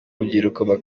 rubyiruko